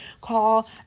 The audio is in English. call